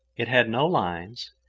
it had no lines,